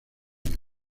área